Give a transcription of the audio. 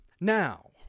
Now